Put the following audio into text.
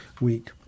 week